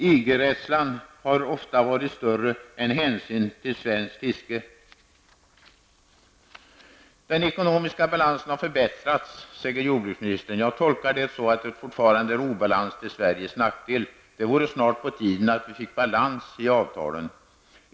EG-rädslan har ofta varit större än hänsynen till svenskt fiske. Den ekonomiska balansen har förbättrats, säger jordbruksministern. Jag tolkar detta så, att det fortfarande är obalans till Sveriges nackdel. Det är snart på tiden att vi får balans i avtalen.